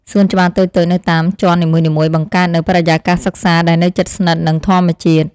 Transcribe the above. សួនច្បារតូចៗនៅតាមជាន់នីមួយៗបង្កើតនូវបរិយាកាសសិក្សាដែលនៅជិតស្និទ្ធនឹងធម្មជាតិ។